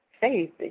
faith